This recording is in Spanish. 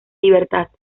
libertad